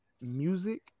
music